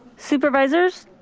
supervisors?